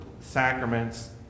sacraments